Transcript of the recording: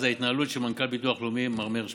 אז זו ההתנהלות של מנכ"ל הביטוח הלאומי מר מאיר שפיגלר.